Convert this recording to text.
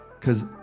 Cause